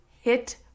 hit